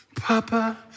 Papa